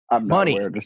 money